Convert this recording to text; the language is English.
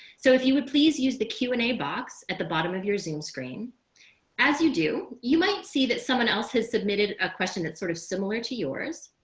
so if you would please use the q and a box at the bottom of your zoom screen as you do. you might see that someone else has submitted a question that's sort of similar to yours.